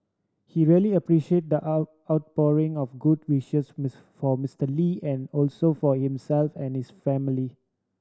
he really appreciate the out outpouring of good wishes miss for Mister Lee and also for himself and his family